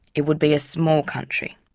it would be a small country,